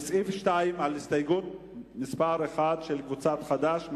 בסעיף 2 על הסתייגות מס' 1, של קבוצת חד"ש.